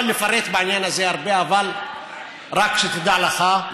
אני יכול לפרט בעניין הזה הרבה, אבל רק שתדע לך.